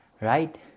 right